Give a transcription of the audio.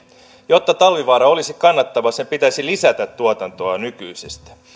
jotta talvivaara olisi kannattava sen pitäisi lisätä tuotantoaan nykyisestä